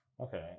Okay